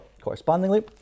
correspondingly